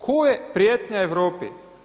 Tko je prijetnja Europi?